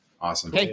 Awesome